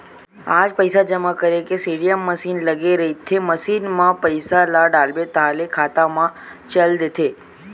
आज पइसा जमा करे के सीडीएम मसीन लगे रहिथे, मसीन म पइसा ल डालबे ताहाँले खाता म चल देथे